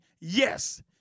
yes